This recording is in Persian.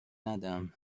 ندم